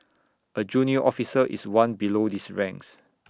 A junior officer is one below these ranks